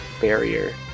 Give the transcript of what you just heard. barrier